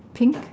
pink